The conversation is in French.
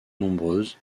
nombreuses